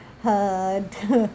her